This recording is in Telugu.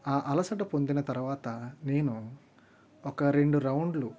ఆ అలసట పొందిన తర్వాత నేను ఒక రెండు రౌండ్లు